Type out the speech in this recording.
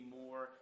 more